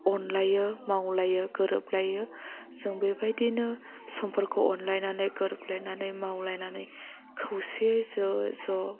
अनलायो मावलायो गोरोबलायो जों बेबायदिनो समफोरखौ अनलाइनानै गोरोबलायनानै मावलाइनानै खौसेयै ज' ज'